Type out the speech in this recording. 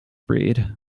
breed